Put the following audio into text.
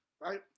right